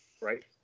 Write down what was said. Right